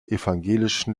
evangelischen